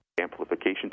Amplification